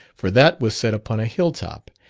for that was set upon a hill top,